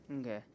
Okay